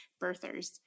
birthers